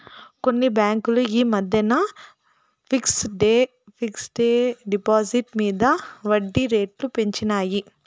కొన్ని బాంకులు ఈ మద్దెన ఫిక్స్ డ్ డిపాజిట్ల మింద ఒడ్జీ రేట్లు పెంచినాయి